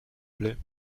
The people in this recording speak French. plait